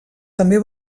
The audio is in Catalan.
també